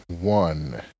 one